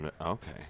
Okay